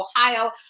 ohio